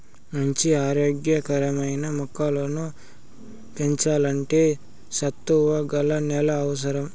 మంచి ఆరోగ్య కరమైన మొక్కలను పెంచల్లంటే సత్తువ గల నేల అవసరం